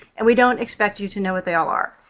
and we don't expect you to know what they all are,